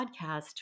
podcast